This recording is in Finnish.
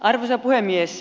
arvoisa puhemies